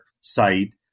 Site